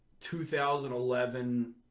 2011